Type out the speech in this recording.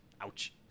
Ouch